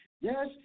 yes